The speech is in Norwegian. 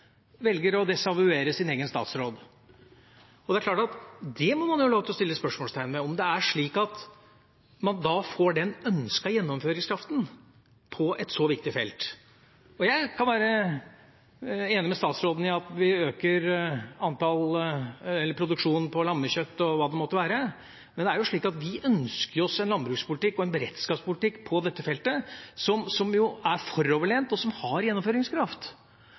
man da får den ønskede gjennomføringskraften på et så viktig felt. Jeg kan være enig med statsråden i at vi øker produksjonen av lammekjøtt og hva det måtte være, men det er jo slik at vi ønsker oss en landbrukspolitikk og en beredskapspolitikk på dette feltet som er foroverlent, og som har gjennomføringskraft.